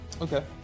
Okay